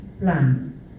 plan